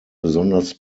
besonders